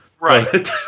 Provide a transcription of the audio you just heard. Right